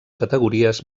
categories